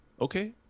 Okay